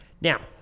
Now